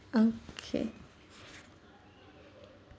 okay